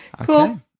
cool